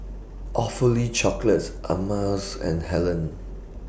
Awfully Chocolates Ameltz and Helen